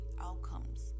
outcomes